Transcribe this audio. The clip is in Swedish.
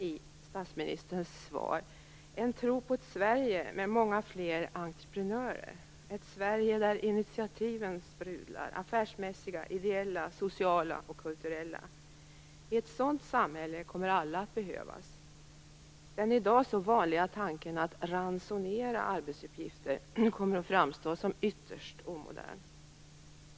I statsministerns svar saknar jag en tro på ett Sverige med många fler entreprenörer, ett Sverige där affärsmässiga, ideella, sociala och kulturella initiativ sprudlar. I ett sådant samhälle kommer alla att behövas. Den i dag så vanliga tanken att ransonera arbetsuppgifter kommer att framstå som ytterst omodern.